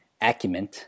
acumen